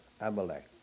Amalek